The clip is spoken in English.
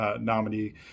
nominee